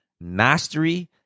mastery